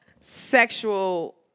sexual